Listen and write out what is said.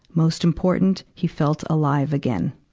most important, he felt alive again.